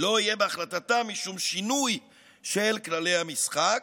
לא יהיה בהחלטתה משום שינוי של כללי המשחק,